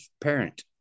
parent